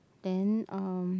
then um